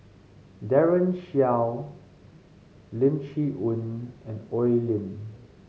Daren Shiau Lim Chee Onn and Oi Lin